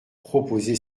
proposé